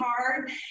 hard